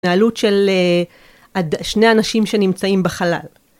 התנהלות של שני אנשים שנמצאים בחלל.